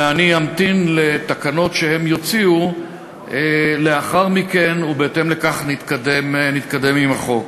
ואני אמתין לתקנות שהם יוציאו לאחר מכן ובהתאם לכך נתקדם עם החוק.